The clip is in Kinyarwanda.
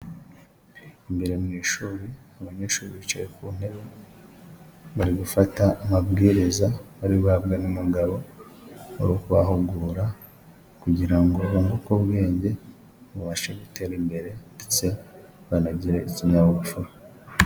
Imbere mu ishuri abanyeshuri bicaye ku ntebe, bari gufata amabwiriza bari guhabwa n'umugabo uri kubahugura kugira ngo bunguke ubwenge, bubashe gutera imbere, ndetse banagire ikinyabupfura.